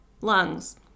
lungs